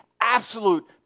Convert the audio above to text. absolute